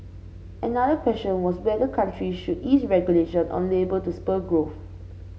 another question was whether countries should ease regulation on labour to spur growth